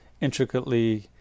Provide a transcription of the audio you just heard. intricately